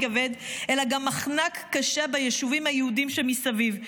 כבד אלא גם מחנק קשה ביישובים היהודיים שמסביב.